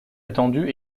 attendu